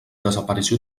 desaparició